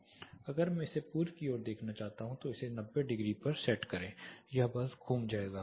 अगर मैं इसे पूर्व की ओर देखना चाहता हूं तो इसे 90 डिग्री पर सेट करें यह बस घूम जाएगा